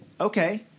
okay